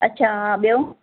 अच्छा हा ॿियो